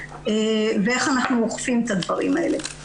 ואיך אנחנו אוכפים את הדברים האלה.